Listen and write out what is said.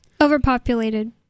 overpopulated